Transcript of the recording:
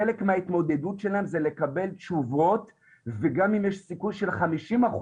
חלק מהתמודדות שלהם זה לקבל תשובות וגם אם יש סיכוי של 50%